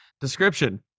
Description